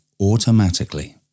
automatically